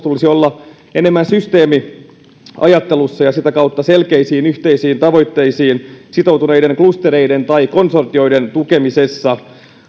tulisi olla enemmän systeemiajattelussa ja sitä kautta selkeisiin yhteisiin tavoitteisiin sitoutuneiden klustereiden tai konsortioiden tukemisessa